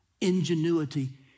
ingenuity